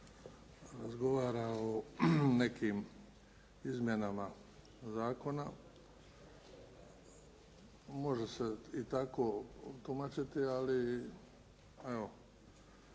razgovara o nekim izmjenama zakona, može se i tako tumačiti ali evo,